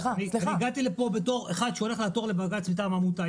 הגעתי לפה בתור אחד שהולך לעתור לבג"ץ מטעם עמותה,